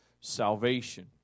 salvation